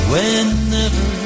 Whenever